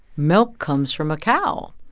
milk comes from a cow.